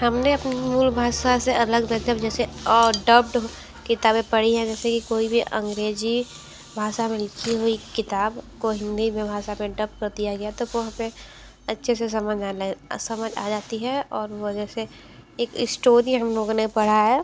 हमने अपनी मूल भाषा से अलग मतलब जैसे डब्ड किताबें पढ़ी हैं जैसे कि कोई भी अंग्रेजी भाषा में लिखी हुई किताब को हिंदी में भाषा में डब दिया गया तो वो हमें अच्छे से समझ आने समझ आ जाती है और वह जैसे एक स्टोरी हम लोगों ने पढ़ा है